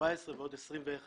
14 ועוד 21,